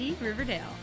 Riverdale